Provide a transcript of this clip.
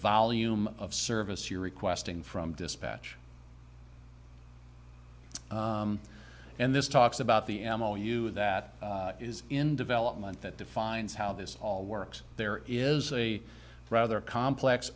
volume of service you're requesting from dispatch and this talks about the ammo you that is in development that defines how this all works there is a rather complex